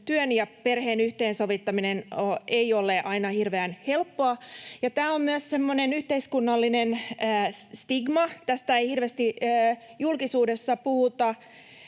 työn ja perheen yhteensovittaminen ei ole aina hirveän helppoa. Tämä on myös semmoinen yhteiskunnallinen stigma. Tästä ei hirveästi julkisuudessa puhuta.